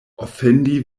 ofendi